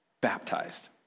baptized